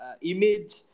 image